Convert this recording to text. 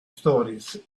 stories